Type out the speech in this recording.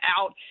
out